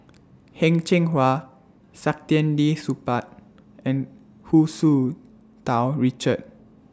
Heng Cheng Hwa Saktiandi Supaat and Hu Tsu Tau Richard